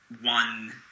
one